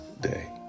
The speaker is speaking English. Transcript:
day